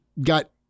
got